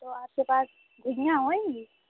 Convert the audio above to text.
تو آپ کے پاس گھوئیاں ہوں گی